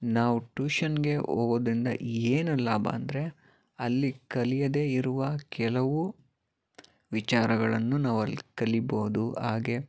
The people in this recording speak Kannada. ನಾವು ಟ್ಯೂಷನ್ಗೆ ಹೋಗೋದ್ರಿಂದ ಏನು ಲಾಭ ಅಂದರೆ ಅಲ್ಲಿ ಕಲಿಯದೇ ಇರುವ ಕೆಲವು ವಿಚಾರಗಳನ್ನು ನಾವು ಅಲ್ಲಿ ಕಲಿಬೋದು ಹಾಗೆ